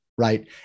Right